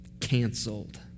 canceled